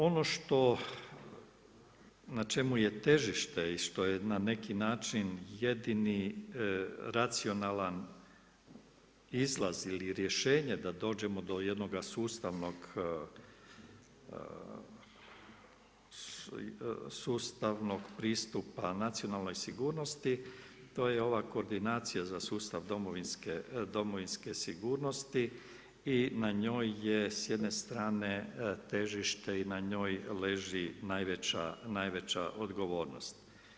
Ono što na čemu je težište i što je na neki način jedini racionalan izlaz ili rješenje da dođemo do jednog sustavnog pristupa nacionalnoj sigurnosti, to je ova koordinacija za sustav Domovinske sigurnosti i na njoj je s jedne strane težište i na njoj leži najveća odgovornost.